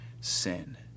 sin